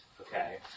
Okay